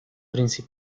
las